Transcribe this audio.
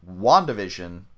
wandavision